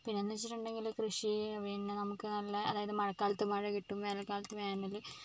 പിന്നെ എന്ന് വെച്ചിട്ടുണ്ടെങ്കിൽ കൃഷി പിന്നെ നമുക്ക് നല്ല അതായത് മഴക്കാലത്ത് മഴ കിട്ടും വേനൽകാലത്ത് വേനൽ